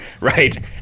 Right